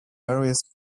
various